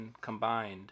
combined